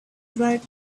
bright